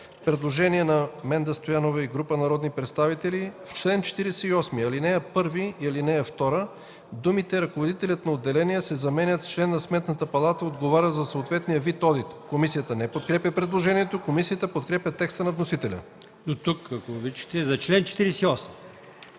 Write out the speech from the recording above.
представител Менда Стоянова и група народни представители – в чл. 48, ал. 1 и ал. 2 думите „ръководителят на отделение” се заменят с „член на Сметната палата, отговарящ за съответния вид одит”. Комисията не подкрепя предложението. Комисията подкрепя текста на вносителя за чл. 48.